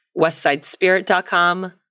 westsidespirit.com